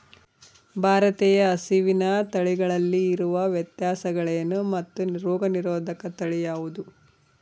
ಭಾರತೇಯ ಹಸುವಿನ ತಳಿಗಳಲ್ಲಿ ಇರುವ ವ್ಯತ್ಯಾಸಗಳೇನು ಮತ್ತು ರೋಗನಿರೋಧಕ ತಳಿ ಯಾವುದು?